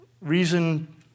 Reason